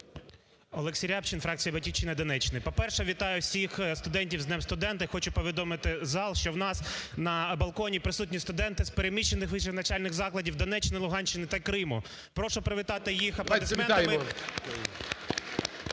Олексій Рябчин, фракція "Батьківщина", Донеччина. По-перше, вітаю всіх студентів з днем студента і хочу повідомити зал, що в нас на балконі присутні студенти з переміщених вищих навчальних закладів Донеччини, Луганщини та Криму. Прошу привітати їх аплодисментами.